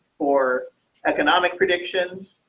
for economic predictions.